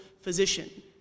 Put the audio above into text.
physician